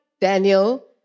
Daniel